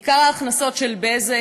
עיקר ההכנסות של "בזק",